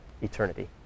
eternity